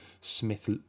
Smith